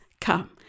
come